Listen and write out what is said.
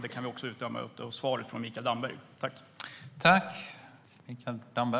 Det kan vi också utröna av Mikael Dambergs svar.